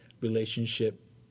relationship